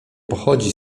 pochodzi